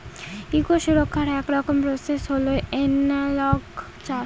eco সুরক্ষার এক রকমের প্রসেস হল এনালগ চাষ